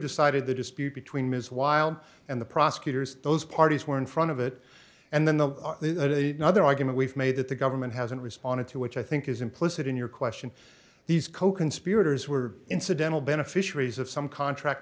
decided the dispute between ms wild and the prosecutors those parties were in front of it and then the other argument we've made that the government hasn't responded to which i think is implicit in your question these coconspirators were incidental beneficiaries of some contract